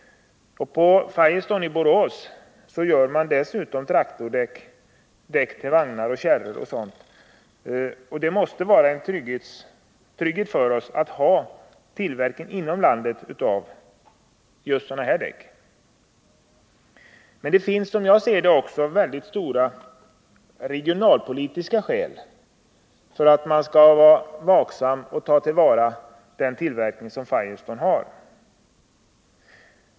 På Firestone i Borås tillverkas dessutom traktordäck, däck till vagnar och kärror och sådant, och det måste vara en trygghet för oss att ha sådan tillverkning inom landet. Men det finns, som jag ser det, också väldigt stora regionalpolitiska skäl för att vara vaksam och ta till vara den tillverkning som Firestone har.